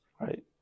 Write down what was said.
right